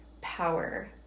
power